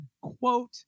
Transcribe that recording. quote